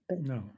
No